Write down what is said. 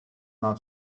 not